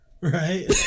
Right